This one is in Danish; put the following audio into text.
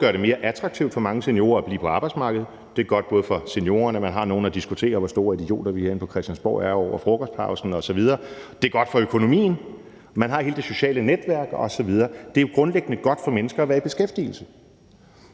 gør det mere attraktivt for mange seniorer at blive på arbejdsmarkedet. Det er både godt for seniorerne, at man i frokostpausen har nogen at diskutere med, hvor store idioter vi er inde på Christiansborg, og det er godt for økonomien, og man har hele det sociale netværk osv. Det er grundlæggende godt for mennesker at være i beskæftigelse.